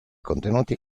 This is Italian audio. contenuti